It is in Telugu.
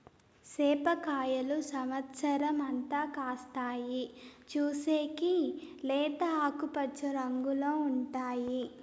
సేప కాయలు సమత్సరం అంతా కాస్తాయి, చూసేకి లేత ఆకుపచ్చ రంగులో ఉంటాయి